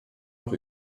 noch